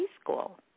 school